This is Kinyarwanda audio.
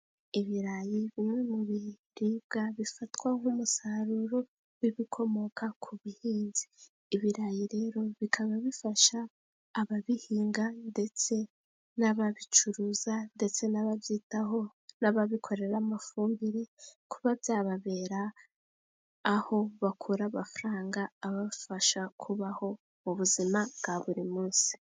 Ibirayi bimwe mu biribwa bifatwa nk'umusaruro w'ibikomoka ku buhinzi . Ibirayi rero bikaba bifasha ababihinga ,ndetse n'ababicuruza ndetse n'ababyitaho n'ababikorera , amafumbire kuba byababera aho bakura amafaranga abafasha kubaho mu buzima bwa buri munsi.